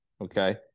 okay